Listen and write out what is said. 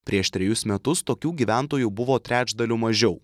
prieš trejus metus tokių gyventojų buvo trečdaliu mažiau